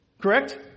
Correct